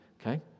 Okay